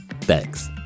thanks